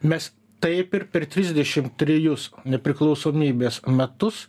mes taip ir per trisdešim trejus nepriklausomybės metus